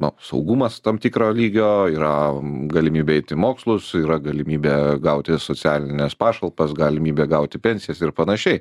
na saugumas tam tikro lygio yra galimybė eiti mokslus yra galimybė gauti socialines pašalpas galimybė gauti pensijas ir panašiai